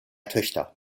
töchter